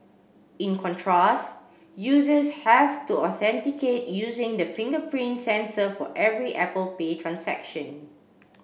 in contrast users have to authenticate using the fingerprint sensor for every Apple Pay transaction